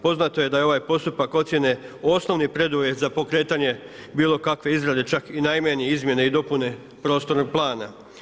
Poznato je da je ovaj postupak ocjene osnovni preduvjet za pokretanje bilo kakve izrade, čak i najmanje izmjene i dopune prostornog plana.